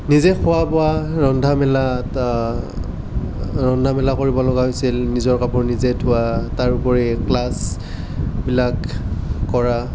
নিজে খোৱা বোৱা ৰন্ধা মেলা ৰন্ধা মেলা কৰিব লগা হৈছিল নিজৰ কাপোৰ নিজে ধোৱা তাৰোপৰি ক্লাছবিলাক ক'ৰা